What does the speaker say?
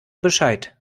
bescheid